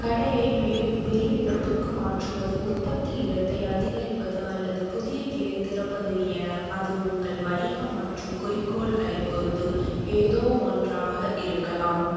கடையை மேலும் பெரிய இடத்துக்கு மாற்றுவது உற்பத்தி இடத்தை அதிகரிப்பது அல்லது புதிய கிளை திறப்பது என அது உங்கள் வணிகம் மற்றும் குறிக்கோள்களைப் பொறுத்து ஏதோவொன்றாக இருக்கலாம்